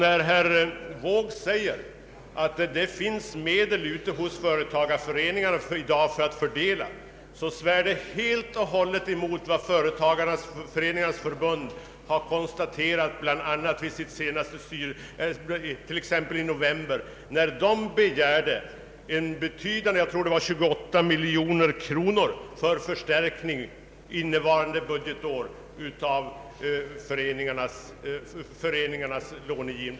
När herr Wååg säger att det i dag finns medel att fördela ute hos företagarföreningarna, svär detta helt och hållet mot vad Företagareföreningarnas = riksförbund nyligen konstaterade, när förbundet begärde en betydande förstärkning — jag tror det var 28 miljoner kronor — av föreningarnas långivning under innevarande budgetår.